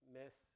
miss